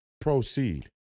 proceed